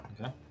Okay